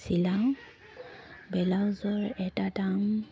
চিলাওঁ ব্লাউজৰ এটা দাম